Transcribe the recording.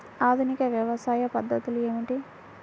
ఆధునిక వ్యవసాయ పద్ధతులు ఏమిటి?